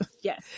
yes